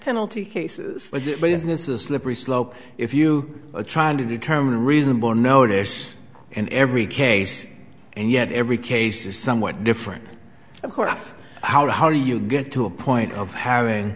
penalty cases but isn't this a slippery slope if you are trying to determine reasonable notice in every case and yet every case is somewhat different of course how do you get to a point of having